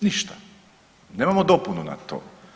Ništa, nemamo dopunu na to.